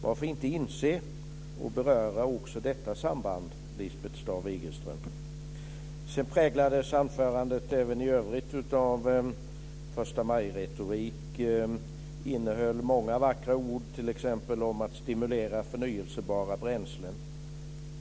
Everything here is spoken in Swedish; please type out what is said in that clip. Varför inte inse och beröra också detta samband, Lisbeth Staaf-Igelström? Anförandet präglades även i övrigt av förstamajretorik. Det innehöll många vackra ord, t.ex. om att stimulera förnyelsebara bränslen.